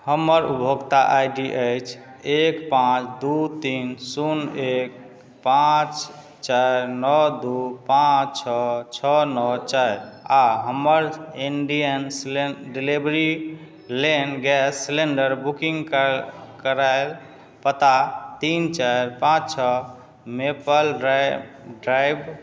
हमर उपभोक्ता I D अछि एक पाँच दू तीन शून्य एक पाँच चारि नओ दू पाँच छओ छओ नओ चारि आ हमरा इंडियन्स डिलीवरी लेन गैस सिलेंडर बुकिंग कय करय पता तीन चारि पाँच छओ मेपल ड्रा ड्राइव